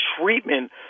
treatment